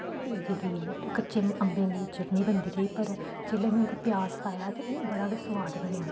जेह्दी कच्चे अम्बें दी चट्टनी बनदी रेही पर जिल्लै में ओह्दे प्याज पाया ते बड़ा गै सुआद बनेआ